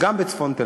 גם בצפון תל-אביב.